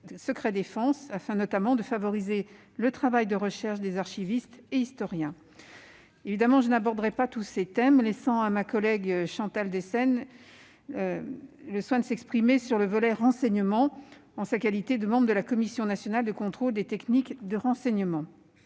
secret-défense, afin notamment de favoriser le travail de recherche des archivistes et historiens. Je n'aborderai pas tous ces thèmes, laissant à ma collègue Chantal Deseyne le soin de s'exprimer sur le volet relatif au renseignement, en sa qualité de membre de la Commission nationale de contrôle des techniques de renseignement.